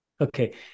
Okay